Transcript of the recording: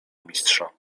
mistrza